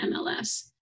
MLS